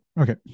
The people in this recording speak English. Okay